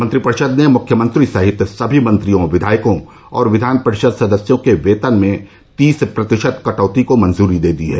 मंत्रिपरिषद ने मुख्यमंत्री सहित सभी मंत्रियों विधायकों और विधान परिषद सदस्यों के वेतन में तीस प्रतिशत कटौती को मंजूरी दे दी है